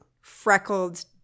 freckled